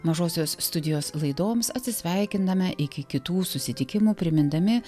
mažosios studijos laidoms atsisveikiname iki kitų susitikimų primindami